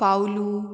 Pavlu